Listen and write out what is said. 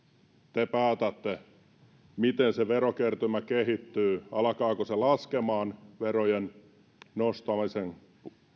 te päätätte miten verokertymä kehittyy eli alkaako se laskea verojen nostamisen